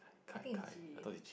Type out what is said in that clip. I think its G